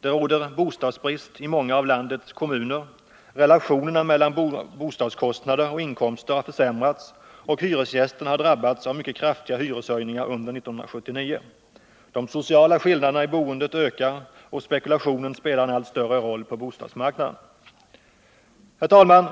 Det råder bostadsbrist i flertalet av landets kommuner. Relationerna mellan bostadskostnader och inkomster har försämrats och hyresgästerna har drabbats av mycket kraftiga hyreshöjningar under 1979. Den sociala skillnaden i boendet ökar och spekulationen spelar en allt större roll på bostadsmarknaden. Herr talman!